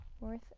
Worth